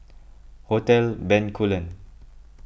Hotel Bencoolen